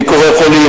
ביקורי חולים,